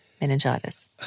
meningitis